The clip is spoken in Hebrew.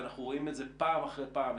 ואנחנו רואים את זה פעם אחרי פעם,